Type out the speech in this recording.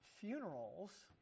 funerals